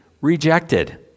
rejected